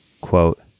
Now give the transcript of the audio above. quote